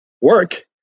work